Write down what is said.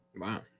Wow